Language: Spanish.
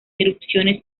erupciones